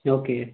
okay